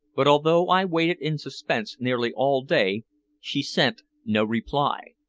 but although i waited in suspense nearly all day she sent no reply.